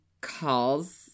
calls